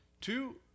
Two